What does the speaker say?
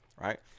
right